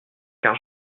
car